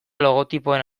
logotipoen